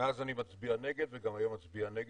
מאז אני מצביע נגד וגם היום אצביע נגד,